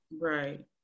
Right